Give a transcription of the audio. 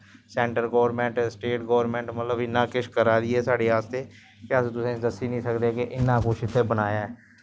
centre government state government मतलव इन्ना किश करा दी ऐ साढ़े आस्तै के अस तुसें दस्सी नी सकदे कि इन्ना कुछ बनाया ऐ